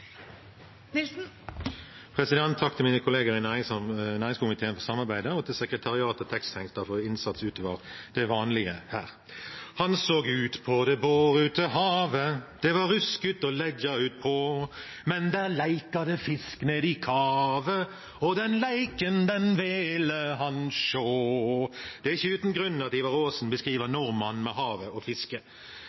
til sekretariatet og tekstsenteret for innsats utover det vanlige. «Han saag ut på det baarutte Havet; der var ruskutt aa leggja ut paa; men der leikade Fisk ned i Kavet, og den Leiken den vilde han sjaa.» Det er ikke uten grunn at Ivar Aasen beskriver nordmannen ved havet og